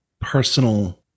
personal